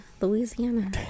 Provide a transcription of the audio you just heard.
Louisiana